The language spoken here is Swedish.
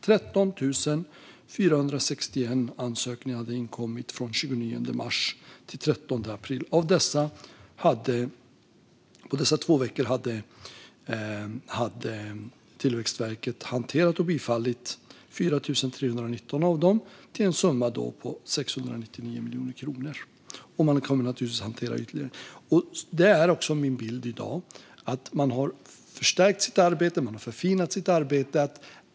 13 461 ansökningar inkom från den 29 mars till den 13 april. På dessa två veckor hanterade och biföll Tillväxtverket 4 319 av dessa till en summa av 699 miljoner kronor. Man kan naturligtvis hantera ytterligare. Min bild är i dag att man har förstärkt och förfinat sitt arbete.